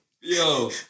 Yo